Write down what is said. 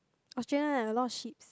Australia lah a lot of sheep's